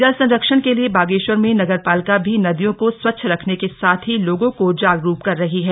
जल संरक्षण के लिए बागेश्वर में नगर पालिका भी नदियों को स्वच्छ रखने के साथ ही लोगों को जागरूक कर रही है